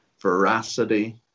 veracity